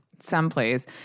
Someplace